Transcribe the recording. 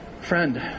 Friend